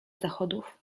zachodów